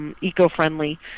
Eco-friendly